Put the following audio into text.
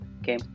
okay